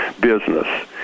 business